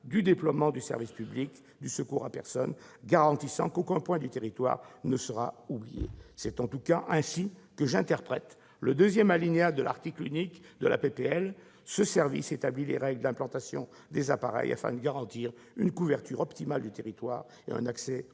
du déploiement du service public du secours à personne garantissant qu'aucun point du territoire ne sera oublié. C'est en tout cas ainsi que j'interprète le deuxième alinéa de l'article unique de la proposition de loi :« Ce service établit les règles d'implantation des appareils afin de garantir une couverture optimale du territoire et un accès aux services